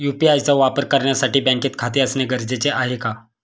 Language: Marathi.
यु.पी.आय चा वापर करण्यासाठी बँकेत खाते असणे गरजेचे आहे का?